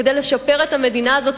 כדי לשפר את המדינה הזאת,